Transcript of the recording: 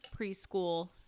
preschool